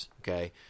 Okay